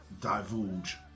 divulge